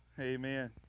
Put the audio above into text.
amen